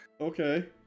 Okay